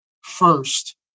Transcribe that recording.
first